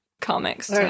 comics